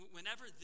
Whenever